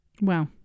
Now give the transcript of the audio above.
Wow